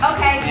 Okay